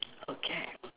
okay